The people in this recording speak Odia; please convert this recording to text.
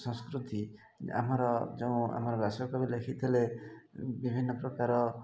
ସଂସ୍କୃତି ଆମର ଯେଉଁ ଆମର ବ୍ୟାସକବି ଲେଖିଥିଲେ ବିଭିନ୍ନ ପ୍ରକାର